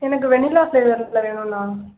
எனக்கு வெணிலா ஃப்ளேவர்ஸில் வேணும்ணா